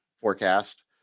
forecast